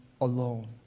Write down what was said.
alone